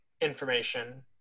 information